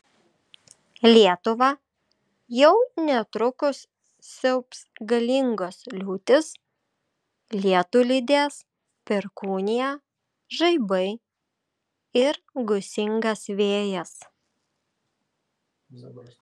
lietuvą jau netrukus siaubs galingos liūtys lietų lydės perkūnija žaibai ir gūsingas vėjas